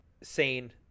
Sane